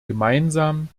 gemeinsam